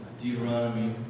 Deuteronomy